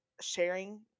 sharing